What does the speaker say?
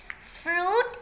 fruit